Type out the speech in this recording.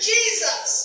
Jesus